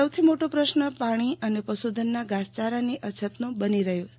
સૌથી મોટો પ્રશ્ન પાણી અને પશુધનના ધાસચારાની અછતનો બની રહ્યો છે